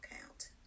count